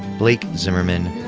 blake zimmermann,